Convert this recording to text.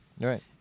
Right